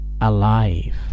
Alive